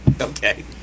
Okay